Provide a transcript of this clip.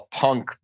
punk